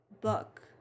book